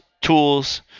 tools